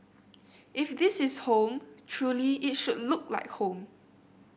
if this is home truly it should look like home